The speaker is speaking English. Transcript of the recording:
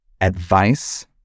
advice